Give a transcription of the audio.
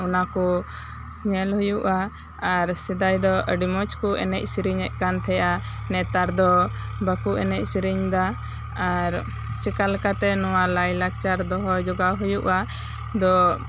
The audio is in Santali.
ᱚᱱᱟ ᱠᱚ ᱧᱮᱞ ᱦᱩᱭᱩᱜᱼᱟ ᱟᱨ ᱥᱮᱫᱟᱭ ᱫᱚ ᱟᱰᱤ ᱢᱚᱸᱡᱽ ᱠᱚ ᱮᱱᱮᱡ ᱥᱮᱨᱮᱧᱮᱫ ᱠᱟᱱ ᱛᱟᱦᱮᱸᱜᱼᱟ ᱱᱮᱛᱟᱨ ᱫᱚ ᱵᱟᱠᱚ ᱮᱱᱮᱡ ᱥᱮᱨᱮᱧ ᱫᱟ ᱟᱨ ᱪᱮᱠᱟ ᱞᱮᱠᱟᱛᱮ ᱱᱚᱣᱟ ᱞᱟᱭ ᱞᱟᱠᱪᱟᱨ ᱫᱚᱦᱚ ᱡᱚᱜᱟᱣ ᱦᱩᱭᱩᱜᱼᱟ ᱫᱚ